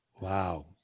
Wow